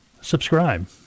subscribe